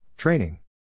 Training